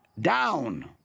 down